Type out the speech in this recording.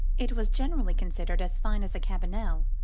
it was generally considered as fine as a cabanel,